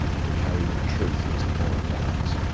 for carrying the truth into foreign lands.